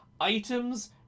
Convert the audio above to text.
items